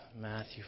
Matthew